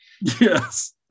Yes